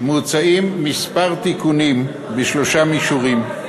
מוצעים מספר תיקונים בשלושה מישורים.